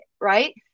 right